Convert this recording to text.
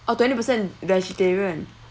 oh twenty percent vegetarian